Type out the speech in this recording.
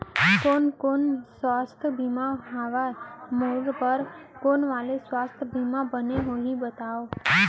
कोन कोन स्वास्थ्य बीमा हवे, मोर बर कोन वाले स्वास्थ बीमा बने होही बताव?